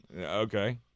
okay